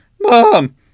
Mom